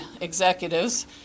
executives